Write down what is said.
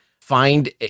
find